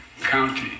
county